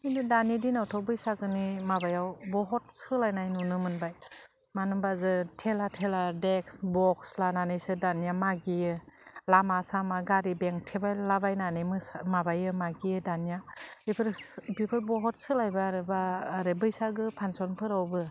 खिन्थु दानि दिनावथ बैसागोनि माबायाव बहत सोलायनाय नुनो मोनबाय मानो होनबा जो टेला टेला देक्स बक्स लानानैसो दानिया मागियो लामा सामा गारि बेंथेबायलाबायनानै मोसा माबायो मागियो दानिया बिफोर सो बेफोर बहत सोलायबा आरो बा आरो बैसागो फानसनफोरावबो